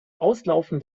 auslaufen